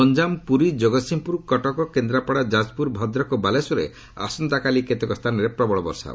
ଗଞ୍ଜାମ୍ ପୁରୀ ଜଗତ୍ସିଂହପୁର କଟକ କେନ୍ଦ୍ରାପଡ଼ା ଯାଜପୁର ଭଦ୍ରକ ଓ ବାଲେଶ୍ୱରରେ ଆସନ୍ତାକାଲି କେତେକ ସ୍ଥାନରେ ପ୍ରବଳ ବର୍ଷା ହେବ